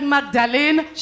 Magdalene